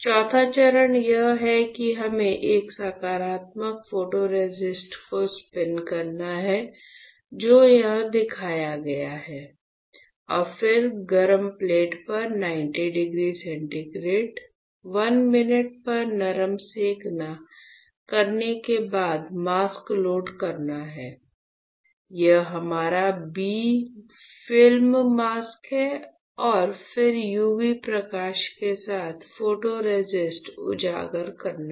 चौथा चरण यह है कि हमें एक सकारात्मक फोटोरेसिस्ट को स्पिन करना है जो यहां दिखाया गया है और फिर गर्म प्लेट पर 90 डिग्री सेंटीग्रेड 1 मिनट पर नरम सेंकना करने के बाद मास्क लोड करना है यह हमारा b फिल्म मास्क है और फिर यूवी प्रकाश के साथ फोटोरेसिस्ट उजागर करना है